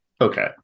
Okay